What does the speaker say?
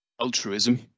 altruism